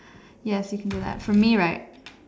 yes you can do that for me right